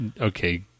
okay